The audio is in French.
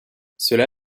cela